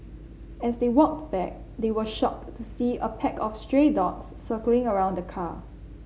as they walked back they were shocked to see a pack of stray dogs circling around the car